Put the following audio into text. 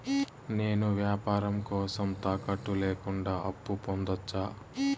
నేను వ్యాపారం కోసం తాకట్టు లేకుండా అప్పు పొందొచ్చా?